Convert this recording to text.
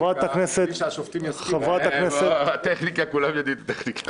צריך שהשופטים יסכימו- -- כולם יודעים את הטכניקה הזאת.